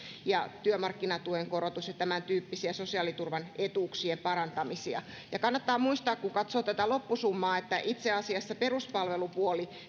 ja työmarkkinatuen korotus ja tämän tyyppisiä sosiaaliturvan etuuksien parantamisia kannattaa muistaa kun katsoo tätä loppusummaa että itse asiassa peruspalvelupuolen